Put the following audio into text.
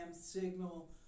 Signal